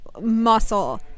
muscle